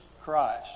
Christ